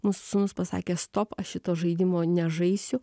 mūsų sūnus pasakė stopaš šito žaidimo nežaisiu